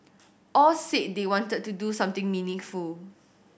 all said they wanted to do something meaningful